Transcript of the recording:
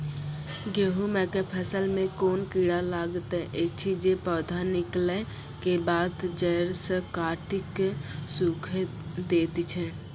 गेहूँमक फसल मे कून कीड़ा लागतै ऐछि जे पौधा निकलै केबाद जैर सऽ काटि कऽ सूखे दैति छै?